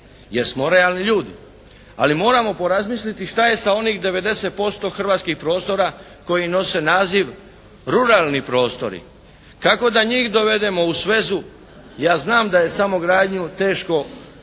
jer smo realni ljudi, ali moramo porazmisliti šta je sa onih 90% hrvatskih prostora koji nose naziv ruralni prostori. Kako da njih dovedemo u svezu. Ja znam da je samogradnju teško